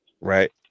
right